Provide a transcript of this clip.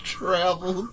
travel